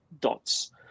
dots